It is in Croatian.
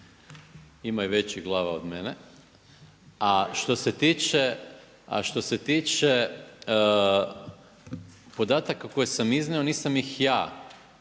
Ima i većih glava od mene. A što se tiče, što se tiče podataka koje sam iznio, nisam ih ja nikakvim